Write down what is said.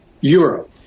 Europe